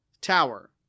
tower